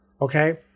okay